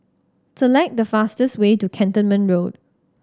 select the fastest way to Cantonment Road